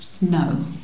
no